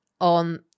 on